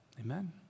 Amen